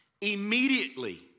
immediately